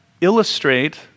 illustrate